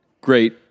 great